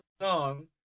song